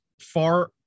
far